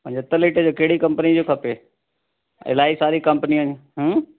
पंजतरि लीटर जो कहिड़ी कंपनी जो खपे इलाही सारी कंपनियूं आहिनि हूं